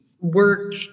work